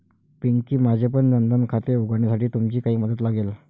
पिंकी, माझेपण जन धन खाते उघडण्यासाठी तुमची काही मदत लागेल